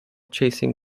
chasing